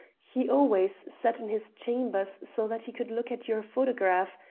he always sat in his chambers so that he could look at your photograph,